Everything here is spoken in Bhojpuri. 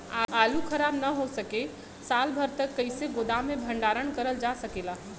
आलू खराब न हो सके साल भर तक कइसे गोदाम मे भण्डारण कर जा सकेला?